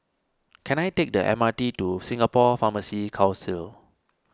can I take the M R T to Singapore Pharmacy Council